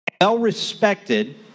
Well-respected